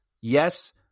yes